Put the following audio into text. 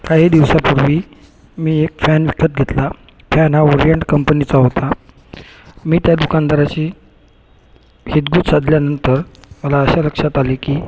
काही दिवसापूर्वी मी एक फॅन विकत घेतला फॅन हा ओरिएंट कंपनीचा होता मी त्या दुकानदाराशी हितगूज साधल्यानंतर मला असं लक्षात आले की